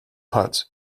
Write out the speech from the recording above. huts